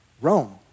Rome